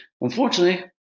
unfortunately